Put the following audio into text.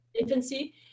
infancy